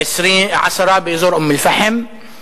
עשרה באזור אום-אל-פחם,